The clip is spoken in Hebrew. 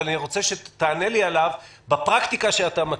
אבל אני רוצה שתענה לי עליו בפרקטיקה שאתה מכיר.